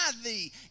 thee